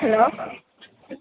hello